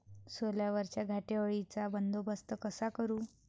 सोल्यावरच्या घाटे अळीचा बंदोबस्त कसा करू?